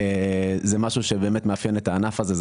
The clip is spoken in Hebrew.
וזה משהו שבאמת מאפיין את הענף הזה.